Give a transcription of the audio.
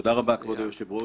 תודה רבה, כבוד היושב-ראש.